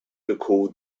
recalled